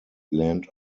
land